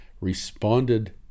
responded